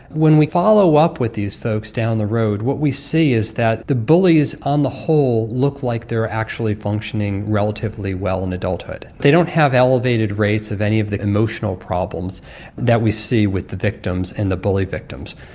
when we follow up with these folks down the road, what we see is that the bullies on the whole look like they are actually functioning relatively well in adulthood. they don't have elevated rates of any of the emotional problems that we see with the victims and the bully victims.